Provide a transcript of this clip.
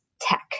tech